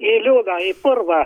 į liūną į purvą